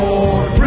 Lord